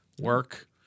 Work